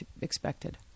expected